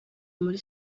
muri